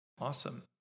Awesome